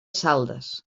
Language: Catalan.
saldes